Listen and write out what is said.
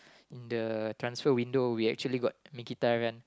the transfer window we actually got Mkhitaryan